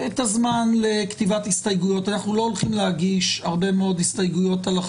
שתי נקודות שאני הייתי שמח שהדברים יתייחסו אליהם,